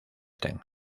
ten